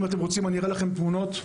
אם אתם רוצים אראה לכם תמונות.